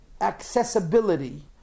accessibility